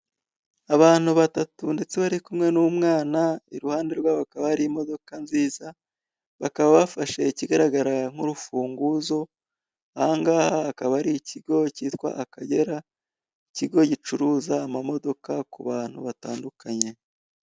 Abantu batatu ndetse bari kumwe n'umwana, iruhande rwabo hakaba hari imodoka nziza, bakaba bafashe ikigaragara nk'urufunguzo, ahangaha akaba ari ikigo kitwa Akagera, ikigo gicuruza ama modoka ku bantu batandukanye.